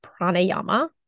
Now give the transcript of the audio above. pranayama